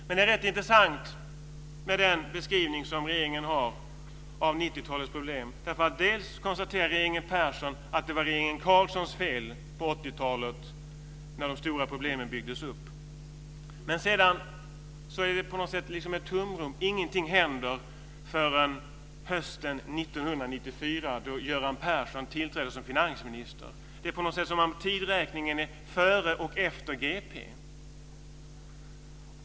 Det är en rätt intressant beskrivning som regeringen har av 90-talets problem. Först konstaterar regeringen Persson att det var regeringen Carlssons fel att de stora problemen byggdes upp på 80-talet. Sedan är det ett tomrum. Ingenting händer förrän hösten 1994, då Göran Persson tillträder som finansminister. Det är som om tideräkningen är före och efter G.P.